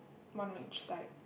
one on each side